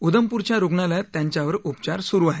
उधमपूरच्या रुग्णालयात त्यांच्यावर उपचार सुरु आहेत